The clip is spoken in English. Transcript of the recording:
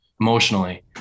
emotionally